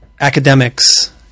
academics